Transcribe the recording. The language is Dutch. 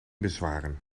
bezwaren